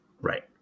Right